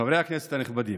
חברי הכנסת הנכבדים.